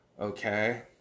okay